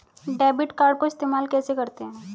Debit card को इस्तेमाल कैसे करते हैं?